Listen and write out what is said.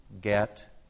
get